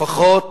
לפחות